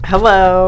Hello